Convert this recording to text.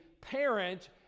parent